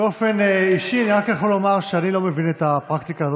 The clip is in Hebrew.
באופן אישי אני רק יכול לומר שאני לא מבין את הפרקטיקה הזאת,